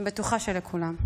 בטוחה שלכולם.